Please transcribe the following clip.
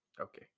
Okay